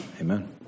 Amen